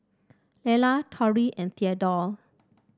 Lelar Torie and Theadore